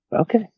Okay